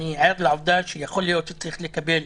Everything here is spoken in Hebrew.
אני ער לעובדה שיכול להיות שצריך לעשות